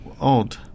odd